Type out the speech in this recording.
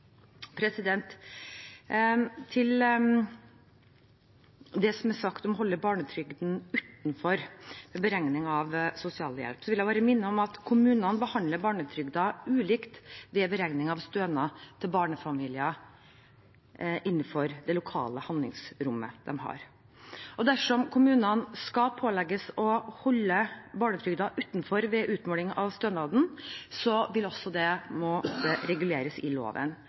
Til det som er sagt om å holde barnetrygden utenfor beregningen av sosialhjelp, vil jeg bare minne om at kommunene behandler barnetrygden ulikt ved beregning av stønad til barnefamilier innenfor det lokale handlingsrommet de har. Dersom kommunene skal pålegges å holde barnetrygden utenfor ved utmåling av stønaden, vil også det måtte reguleres i loven.